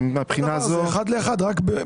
כן.